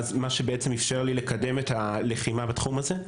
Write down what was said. מה שבעצם איפשר לי לקדם את הלחימה בתחום הזה.